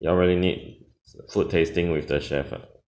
you all really need food tasting with the chef ah